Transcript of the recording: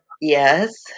yes